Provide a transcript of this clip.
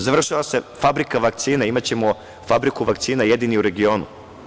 Završava se fabrika vakcina, imaćemo fabriku vakcina jedini u regionu.